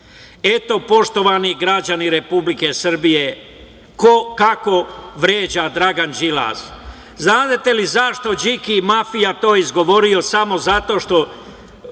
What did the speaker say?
poštovani građani Republike Srbije, ko, kako vređa Dragan Đilas. Znate li zašto Điki mafija to izgovorio? Samo zato što